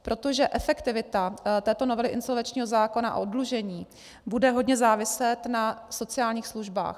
Protože efektivita této novely insolvenčního zákona o oddlužení bude hodně záviset na sociálních službách.